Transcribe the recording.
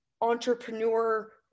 entrepreneur